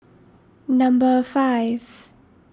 number five